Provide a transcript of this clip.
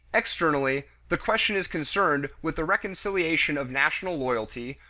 externally, the question is concerned with the reconciliation of national loyalty,